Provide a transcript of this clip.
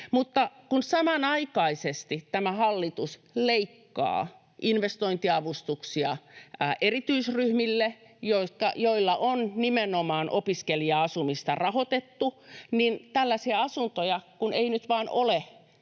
Mutta kun samanaikaisesti tämä hallitus leikkaa investointiavustuksia erityisryhmille, joilla on nimenomaan opiskelija-asumista rahoitettu, niin tällaisia asuntoja ei nyt vaan ole